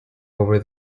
over